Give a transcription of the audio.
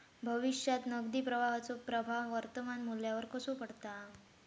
भविष्यात नगदी प्रवाहाचो प्रभाव वर्तमान मुल्यावर कसो पडता?